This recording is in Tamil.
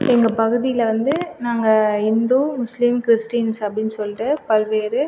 எங்கள் பகுதியில் வந்து நாங்கள் இந்து முஸ்லீம் கிறிஸ்டின்ஸ் அப்படின்னு சொல்லிகிட்டு பல்வேறு